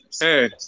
Hey